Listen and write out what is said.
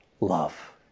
love